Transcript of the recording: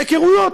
היכרויות.